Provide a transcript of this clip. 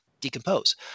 decompose